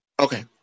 Okay